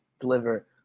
deliver